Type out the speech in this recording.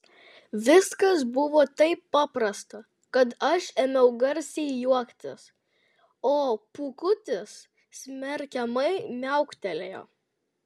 viskas buvo taip paprasta kad aš ėmiau garsiai juoktis o pūkutis smerkiamai miauktelėjo